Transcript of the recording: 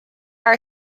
are